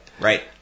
right